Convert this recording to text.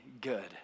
good